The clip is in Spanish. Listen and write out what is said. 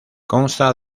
consta